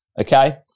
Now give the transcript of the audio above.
okay